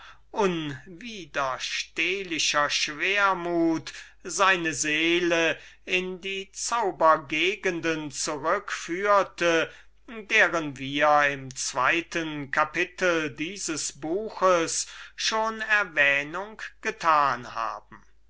erwehren konnte seine seele in die bezauberten gegenden zurückführte deren wir im vorigen kapitel schon erwähnung getan haben